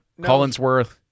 Collinsworth